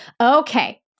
Okay